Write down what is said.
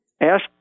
ask